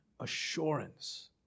assurance